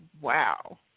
Wow